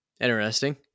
Interesting